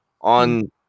on